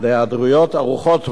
להיעדרויות ארוכות טווח,